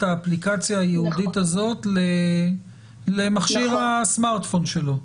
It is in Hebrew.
האפליקציה הייעודית הזאת למכשיר הסמארטפון שלו.